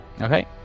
Okay